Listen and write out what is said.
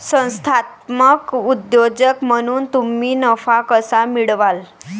संस्थात्मक उद्योजक म्हणून तुम्ही नफा कसा मिळवाल?